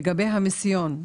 דיברת על המיסיון.